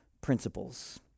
principles